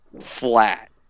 flat